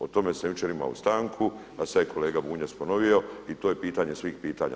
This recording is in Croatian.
O tome sam jučer imao stanku, a sad je kolega Bunjac ponovio i to je pitanje svih pitanja.